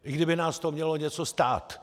I kdyby nás to mělo něco stát.